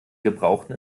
gebrauchten